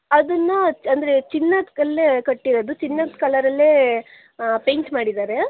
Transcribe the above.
ಅದನ್ನು ಅಂದರೆ ಚಿನ್ನದ ಕಲ್ಲೇ ಕಟ್ಟಿರೋದು ಚಿನ್ನದ ಕಲರಲ್ಲೇ ಪೇಂಟ್ ಮಾಡಿದ್ದಾರೆ